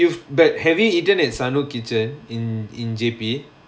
you've but have you eaten in sanuk kitchen in in J_P